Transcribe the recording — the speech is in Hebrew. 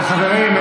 חברים,